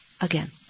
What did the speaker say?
again